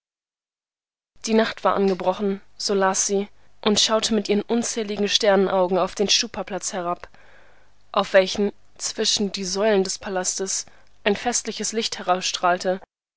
die nacht war angebrochen so las sie und schaute mit ihren unzähligen sternenaugen auf den stupaplatz herab auf welchen zwischen die säulen des palastes ein festliches licht